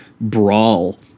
brawl